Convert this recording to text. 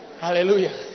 Hallelujah